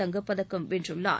தங்கப்பதக்கம் வென்றுள்ளார்